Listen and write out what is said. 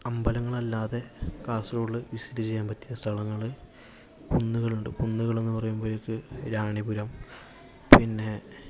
അമ്പലങ്ങളല്ലാതെ കാസർഗൊഡില് വിസിറ്റ് ചെയ്യാൻ പറ്റിയ സ്ഥലങ്ങള് കുന്നുകള് ഉണ്ട് കുന്നുകൾ എന്ന് പറയുമ്പത്തേക്കും റാണിപുരം പിന്നെ